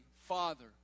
Father